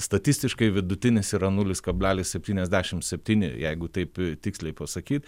statistiškai vidutinis yra nulis kablelis septyniasdešim septyni jeigu taip tiksliai pasakyt